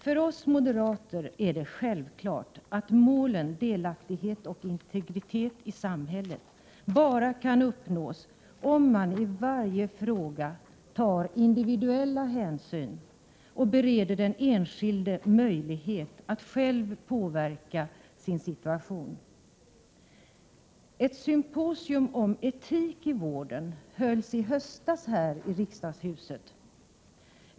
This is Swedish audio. För oss moderater är det självklart att målen delaktighet och integritet i samhället kan uppnås bara om man i varje fråga tar individuella hänsyn och bereder den enskilde möjlighet att själv påverka sin situation. Ett symposium om etik i vården hölls i höstas här i riksdagshuset.